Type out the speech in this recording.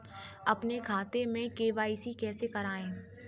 अपने खाते में के.वाई.सी कैसे कराएँ?